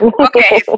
Okay